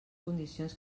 condicions